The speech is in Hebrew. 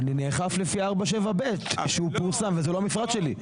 אני נאכף לפי 4.7ב' שפורסם, וזה לא המפרט שלי.